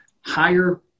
higher